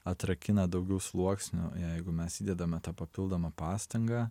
atrakina daugiau sluoksnių jeigu mes įdedame tą papildomą pastangą